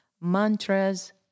mantras